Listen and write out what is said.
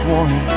one